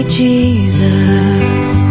Jesus